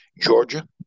Georgia